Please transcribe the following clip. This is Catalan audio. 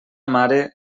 mare